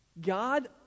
God